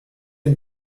une